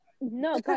No